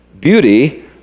beauty